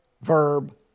verb